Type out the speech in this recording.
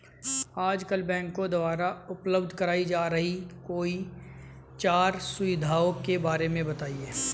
आजकल बैंकों द्वारा उपलब्ध कराई जा रही कोई चार सुविधाओं के बारे में बताइए?